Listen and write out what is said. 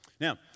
Now